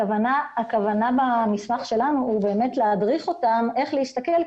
הכוונה במסמך שלנו היא להדריך אותם איך להסתכל.